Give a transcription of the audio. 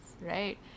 Right